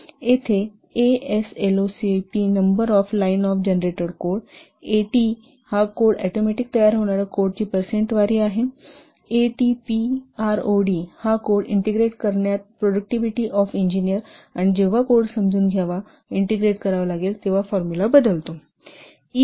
येथे ASLOP number of line of generated code आहे ATP हा कोड ऑटोमॅटिक तयार होणार्या कोडची परसेन्ट आहेएटीपीआरओडी हा कोड ईंटेग्रेट करण्यात प्रोडक्टव्हिटी ऑफ इंजिनियर आहे आणि जेव्हा कोड समजून घ्यावा आणि ईंटेग्रेट करावा लागेल तेव्हा फॉर्मुला बदलते